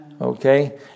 Okay